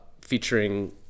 featuring